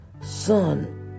Son